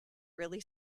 really